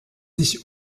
sich